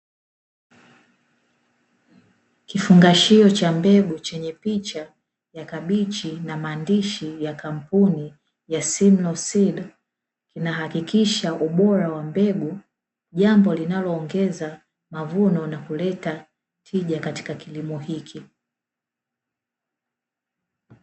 Kifungashio cha mbegu chenye picha ya kabichi na maandishi ya kampuni ya "sidico" inahakikisha ubora wa mbegu jambo linaloongeza mavuno na kuleta tija katika kilimo hiki.